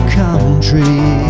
country